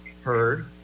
heard